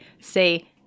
say